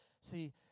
See